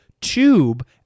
tube